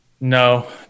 No